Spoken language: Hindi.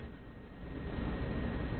ओके